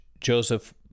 Joseph